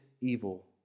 evil